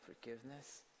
forgiveness